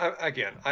Again